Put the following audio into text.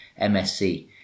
MSC